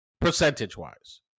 percentage-wise